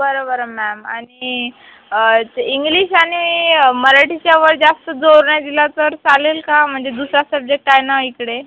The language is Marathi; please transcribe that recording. बरं बरं मॅम आणि इंग्लिश आणि मराठीच्या वर जास्त जोर नाही दिला तर चालेल का म्हणजे दुसरा सब्जेक्ट आहे ना इकडे